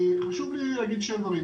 חשוב לי להגיד שני דברים.